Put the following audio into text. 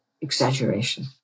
exaggeration